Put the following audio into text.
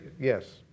yes